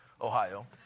Ohio